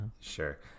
Sure